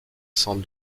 cent